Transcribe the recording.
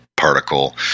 Particle